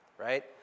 right